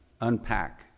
unpack